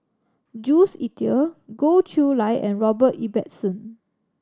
Jules Itier Goh Chiew Lye and Robert Ibbetson